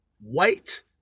white